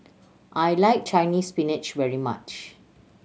I like Chinese Spinach very much